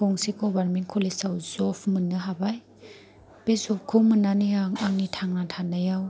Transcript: गंसे गभार्नमेन्त कलेजाव जब मोननो हाबाय बे जबखौ मोननानै आं आंनि थांना थानायाव